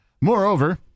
Moreover